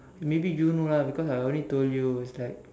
maybe you know lah because I only told you it's like